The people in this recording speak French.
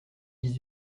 dix